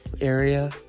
area